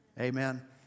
Amen